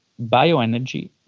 bioenergy